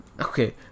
okay